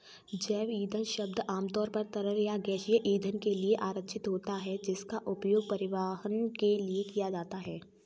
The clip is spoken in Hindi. जैव ईंधन शब्द आमतौर पर तरल या गैसीय ईंधन के लिए आरक्षित होता है, जिसका उपयोग परिवहन के लिए किया जाता है